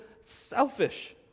selfish